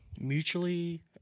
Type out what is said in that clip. Mutually